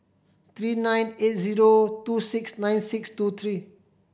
three nine eight zero two six nine six two three